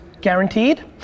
guaranteed